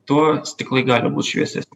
tuo stiklai gali būt šviesesni